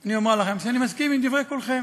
אני אומר לכם שאני מסכים עם דברי כולכם.